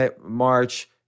March